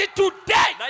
today